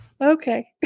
okay